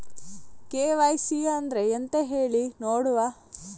KYC ಅಂದ್ರೆ ಎಂತ ಹೇಳಿ ನೋಡುವ?